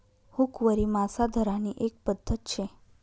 हुकवरी मासा धरानी एक पध्दत शे